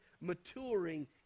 maturing